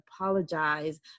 apologize